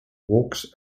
walks